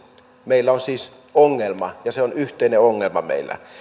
meillä on siis ongelma ja se on yhteinen ongelma meillä